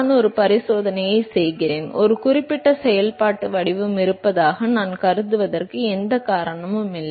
நான் ஒரு பரிசோதனையைச் செய்கிறேன் ஒரு குறிப்பிட்ட செயல்பாட்டு வடிவம் இருப்பதாக நான் கருதுவதற்கு எந்த காரணமும் இல்லை